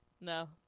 No